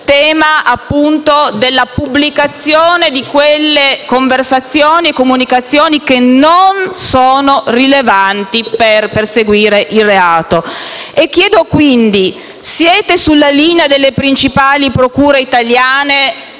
tema della pubblicazione di quelle conversazioni e comunicazioni che non sono rilevanti per perseguire il reato? Vi chiedo quindi se siete sulla linea delle principali procure italiane,